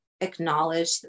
acknowledge